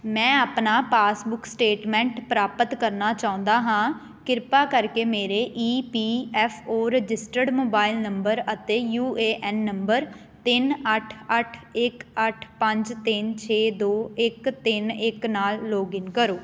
ਮੈਂ ਆਪਣਾ passbook statement ਪ੍ਰਾਪਤ ਕਰਨਾ ਚਾਹੁੰਦਾ ਹਾਂ ਕਿਰਪਾ ਕਰਕੇ ਮੇਰੇ E P F O registered mobile number ਅਤੇ ਯੂ ਏ ਐੱਨ ਨੰਬਰ ਤਿੰਨ ਅੱਠ ਅੱਠ ਇੱਕ ਅੱਠ ਪੰਜ ਤਿੰਨ ਛੇ ਦੋ ਇੱਕ ਤਿੰਨ ਇੱਕ ਨਾਲ ਲੌਗਇਨ ਕਰੋ